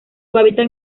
hábitat